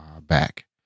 back